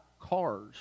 cars